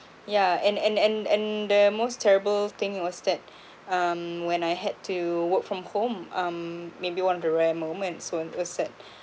yeah and and and and the most terrible thing was that um when I had to work from home um maybe one of the rare moments weren't asset